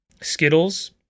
Skittles